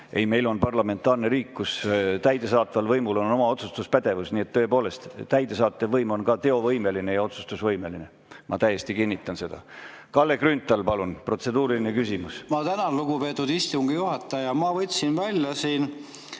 Meil on parlamentaarne riik, kus täidesaatval võimul on oma otsustuspädevus. Nii et tõepoolest, täidesaatev võim on ka teovõimeline ja otsustusvõimeline. Ma täiesti kinnitan seda. Kalle Grünthal, palun, protseduuriline küsimus! Ma tänan, lugupeetud istungi juhataja! Ma võtsin välja